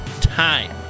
time